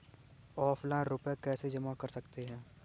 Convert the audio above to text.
Offline रुपये कैसे जमा कर सकते हैं?